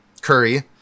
Curry